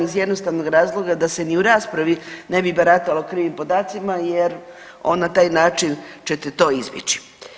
Iz jednostavnog razloga da se ni u raspravi ne bi baratalo krivim podacima jer on na taj način čete to izbjeći.